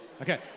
Okay